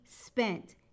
spent